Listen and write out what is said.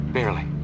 Barely